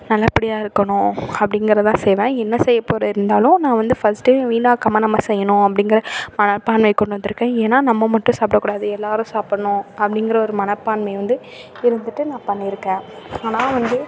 நல்லபடியாக இருக்கணும் அப்படிங்கிறது தான் செய்வேன் என்ன செய்யப்போகிறேன் இருந்தாலும் நான் வந்து ஃபஸ்ட்டே வீணாக்காமல் நம்ம செய்யணும் அப்படிங்கிற மனப்பான்மைய கொண்டு வந்திருக்கேன் ஏன்னா நம்ம மட்டும் சாப்பிட கூடாது எல்லாரும் சாப்புடன்னும் அப்படிங்கிற ஒரு மனப்பான்மை வந்து இருந்துட்டு நான் பண்ணியிருக்கேன் ஆனால் வந்து